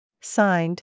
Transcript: Signed